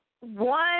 One